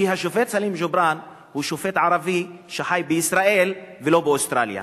כי השופט סלים ג'ובראן הוא שופט ערבי שחי בישראל ולא באוסטרליה.